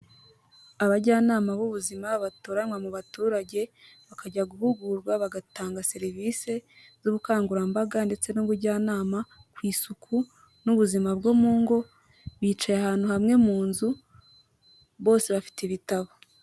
Abajyanama b'ubuzima batoranywa mu baturage, bakajya guhugurwa, bagatanga serivise z'ubukangurambaga ndetse n'ubujyanama ku isuku n'ubuzima bwo mu ngo, bicaye ahantu hamwe mu nzu, bose bafite ibitabo.